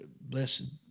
blessed